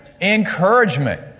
Encouragement